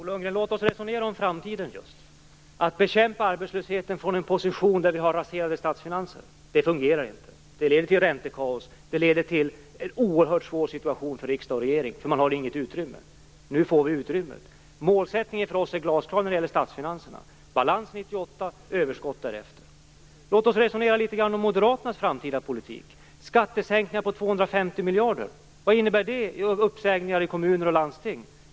Fru talman! Låt oss resonera om framtiden, Bo Lundgren! Att bekämpa arbetslösheten från en position med raserade statsfinanser fungerar inte. Det leder till räntekaos och till ett oerhört svårt läge för riksdag och regering, eftersom man inte har något utrymme. Nu får vi utrymme. Vår målsättning för statsfinanserna är glasklar: balans 1998 och överskott därefter. Låt oss resonera litet grand om moderaternas framtida politik. Skattesänkningar på 250 miljarder - vad innebär det i uppsägningar i kommuner och landsting?